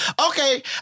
Okay